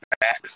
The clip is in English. back